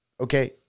Okay